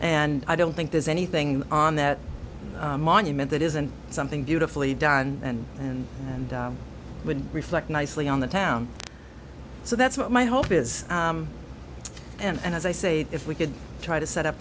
and i don't think there's anything on that monument that isn't something beautifully done and and and would reflect nicely on the town so that's what my hope is and as i say if we could try to set up